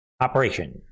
operation